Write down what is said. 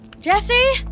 Jesse